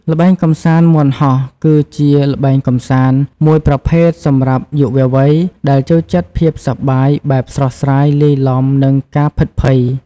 ល្បែងកំសាន្តមាន់ហោះ គឺជាល្បែងកំសាន្តមួយប្រភេទសម្រាប់យុវវ័យ ដែលចូលចិត្តភាពសប្បាយបែបស្រស់ស្រាយលាយលំ និងការភិតភ័យ។